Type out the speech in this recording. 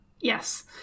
Yes